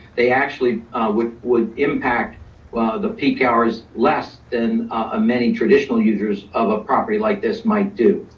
they actually would would impact the peak hours less than ah many traditional users of a property like this might do.